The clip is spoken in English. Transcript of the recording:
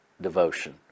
devotion